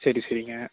சரி சரிங்க